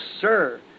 sir